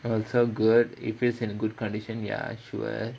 all so good it feels in good condition ya sure